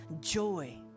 joy